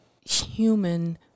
human